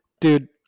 dude